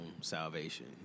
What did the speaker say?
salvation